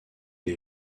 est